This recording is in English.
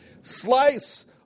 slice